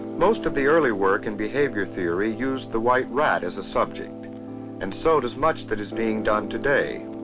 most of the early work in behaviour theory used the white rat as a subject and so does much that is being done today.